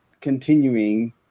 continuing